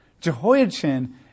Jehoiachin